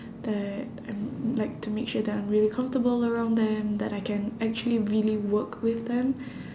that I'm like to make sure that I'm really comfortable around them that I can actually really work with them